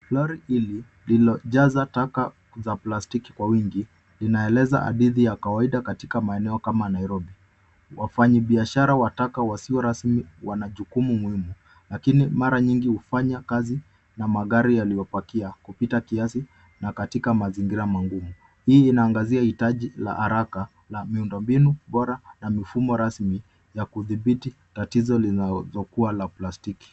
Lori hili lililojaza taka za plastiki kwa wingi linaeleza hadithi ya kawaida katika maeneo kama Nairobi. Wafanyibiashara wa taka wasio rasmi wana jukumu muhimu na hili mara hufanya kazi na magari yaliyopakia kupita kiasi na katika mazingira magumu. Hii inaangazia uhitaji wa ardhi haraka la miundombinu bora na mfumo rasmi linalodhibiti tatizo la plastiki.